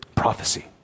prophecy